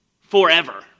forever